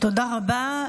תודה רבה.